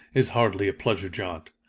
is hardly a pleasure jaunt.